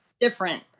different